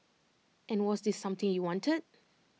and was this something you wanted